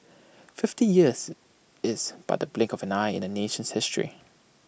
fifty years is but the blink of an eye in A nation's history